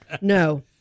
no